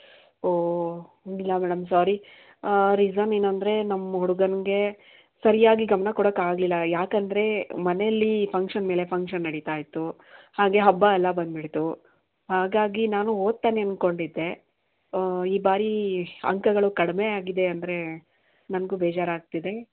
ಓಹ್ ಇಲ್ಲ madam sorry reason ಏನು ಅಂದರೆ ನಮ್ಮ ಹುಡುಗಂಗೆ ಸರಿಯಾಗಿ ಗಮನ ಕೊಡಕ್ಕೆ ಆಗಲಿಲ್ಲ ಯಾಕಂದರೆ ಮನೆಯಲ್ಲಿ ಫಂಕ್ಷನ್ ಮೇಲೆ ಫಂಕ್ಷನ್ ನಡೀತಾ ಇತ್ತು ಹಾಗೇ ಹಬ್ಬ ಎಲ್ಲ ಬಂದುಬಿಡ್ತು ಹಾಗಾಗಿ ನಾನು ಓದುತ್ತಾನೆ ಅಂದ್ಕೊಂಡಿದ್ದೆ ಈ ಭಾರಿ ಅಂಕಗಳು ಕಡಿಮೆ ಆಗಿದೆ ಅಂದರೆ ನನಗೂ ಬೇಜಾರು ಆಗ್ತಿದೆ